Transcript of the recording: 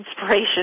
inspiration